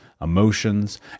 emotions